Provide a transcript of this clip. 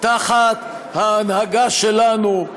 תחת ההנהגה שלנו,